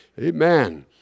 Amen